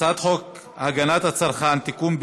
הצעת חוק הגנת הצרכן (תיקון,